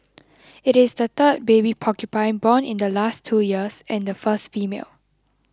it is the third baby porcupine born in the last two years and the first female